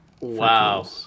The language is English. Wow